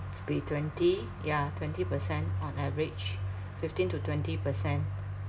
could be twenty ya twenty percent on average fifteen to twenty percent